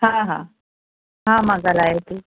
हा हा हा मां ॻाल्हायां थी